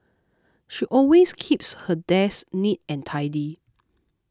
she always keeps her desk neat and tidy